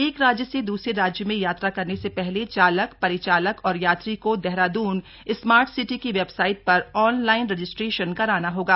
एक राज्य से दुसरे राज्य में यात्रा करने से पहले चालक परिचालक और यात्री को देहरादून स्मार्ट सिटी की वेबसाइट पर ऑनलाइन रजिस्ट्रेशन कराना होगा